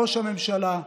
ראש הממשלה.